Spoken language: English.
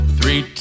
Three